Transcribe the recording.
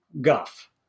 guff